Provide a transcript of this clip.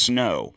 Snow